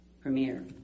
premiere